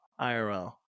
IRL